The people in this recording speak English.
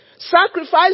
sacrifice